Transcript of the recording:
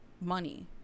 money